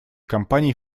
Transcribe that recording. компаний